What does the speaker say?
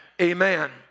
Amen